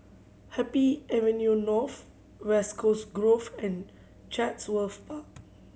Happy Avenue North West Coast Grove and Chatsworth Park